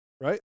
Right